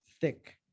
thick